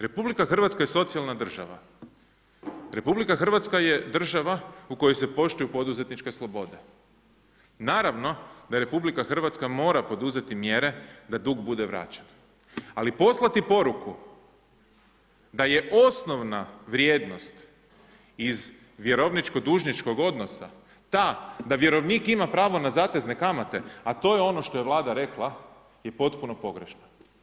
RH je socijalna država, RH je država u kojoj se poštuju poduzetničke slobode, naravno da RH mora poduzeti mjere da dug bude vraćen, ali poslati poruku da je osnovna vrijednost iz vjerovničko dužničkog odnosa ta da vjerovnik ima pravo na zatezne kamate, a to je ono što je Vlada rekla je potpuno pogrešno.